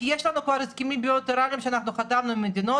כי יש לנו כבר הסכמים בילטרליים שאנחנו חתמנו עם מדינות.